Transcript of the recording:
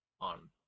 on